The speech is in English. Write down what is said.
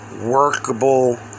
workable